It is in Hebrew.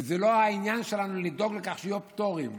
וזה לא העניין שלנו לדאוג לכך שיהיו הפטורים.